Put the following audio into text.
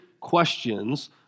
questions